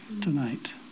tonight